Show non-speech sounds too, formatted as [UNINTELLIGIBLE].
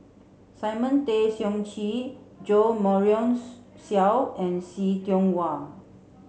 Simon Tay Seong Chee Jo Marion [UNINTELLIGIBLE] Seow and See Tiong Wah